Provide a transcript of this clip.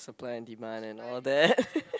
supply and demand and all that